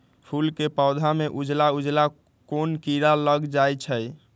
फूल के पौधा में उजला उजला कोन किरा लग जई छइ?